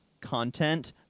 content